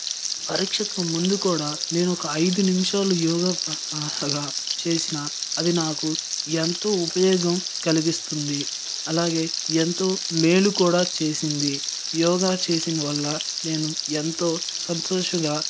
పరీక్షకు ముందు కూడా నేను ఒక ఐదు నిమిషాలు యోగా ప్రగా చేసిన అది నాకు ఎంతో ఉపయోగం కలిగిస్తుంది అలాగే ఎంతో మేలు కూడా చేసింది యోగా చేసిన వల్ల నేను ఎంతో సంతోషంగా